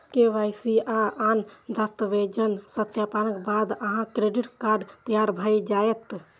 KYC आ आन दस्तावेजक सत्यापनक बाद अहांक क्रेडिट कार्ड तैयार भए जायत